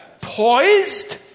poised